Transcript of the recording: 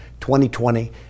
2020